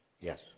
Yes